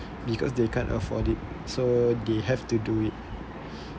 because they can't afford it so they have to do it